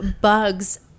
bugs